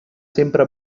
sempre